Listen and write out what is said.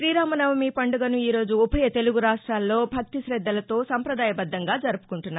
శ్రీరామనవమి పండుగను ఈ రోజు ఉభయ తెలుగు రాష్ట్రాల్లో భక్తి శద్దలతో సంపదాయబద్దంగా జరుపుకుంటున్నారు